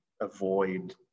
avoid